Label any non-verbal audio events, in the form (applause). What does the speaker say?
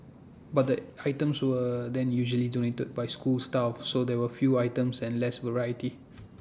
but (noise) the items were then usually donated by school staff so there were few items and less variety (noise)